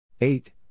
Eight